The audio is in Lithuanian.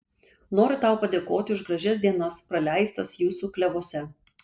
noriu tau padėkoti už gražias dienas praleistas jūsų klevuose